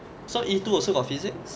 so E two also got physics